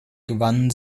gewannen